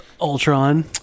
Ultron